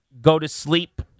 go-to-sleep